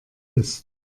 ist